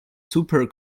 super